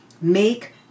Make